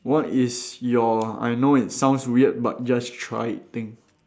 what is your I know it sounds weird but just try it thing